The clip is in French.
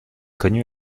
connu